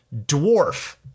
dwarf